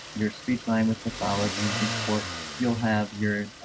your speech-language pathology report you'll have your